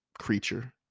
creature